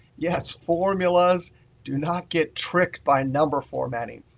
yes, formulas do not get tricked by number formatting.